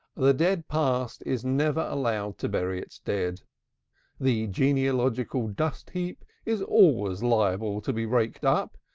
the dead past is never allowed to bury its dead the genealogical dust-heap is always liable to be raked up,